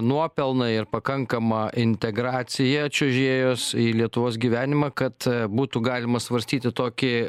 nuopelnai ir pakankama integracija čiuožėjos į lietuvos gyvenimą kad būtų galima svarstyti tokį